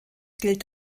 gilt